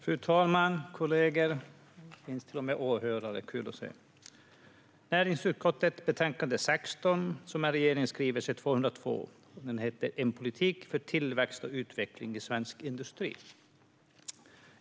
Fru talman, kollegor och åhörare! Vi debatterar näringsutskottets betänkande 16, som behandlar regeringens skrivelse 202 och har titeln En politik för tillväxt och utveckling i svensk industri .